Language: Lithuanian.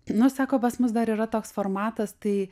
nu sako pas mus dar yra toks formatas tai